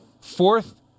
fourth